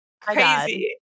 crazy